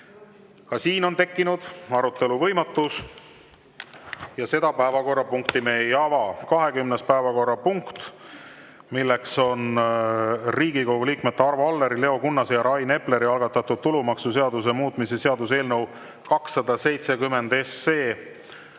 puhul on tekkinud arutelu võimatus ja seda päevakorrapunkti me ei ava.20. päevakorrapunkt: Riigikogu liikmete Arvo Alleri, Leo Kunnase ja Rain Epleri algatatud tulumaksuseaduse muutmise seaduse eelnõu 270.